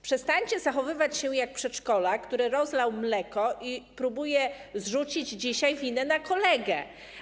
Przestańcie zachowywać się jak przedszkolak, który rozlał mleko i próbuje zrzucić dzisiaj winę na kolegę.